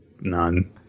None